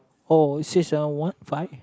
oh this is a what vibe